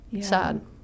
sad